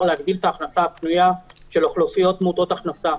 להגדיל את ההכנסה הפנויה של אוכלוסיות מעוטות הכנסה.